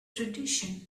tradition